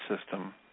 system